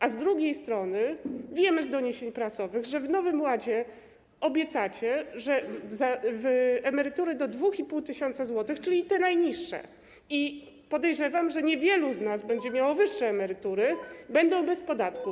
A z drugiej strony wiemy z doniesień prasowych, że w nowym ładzie obiecacie, że emerytury do 2,5 tys. zł, czyli te najniższe, i podejrzewam, że niewielu z nas będzie miało wyższe emerytury, będą bez podatku.